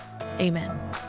Amen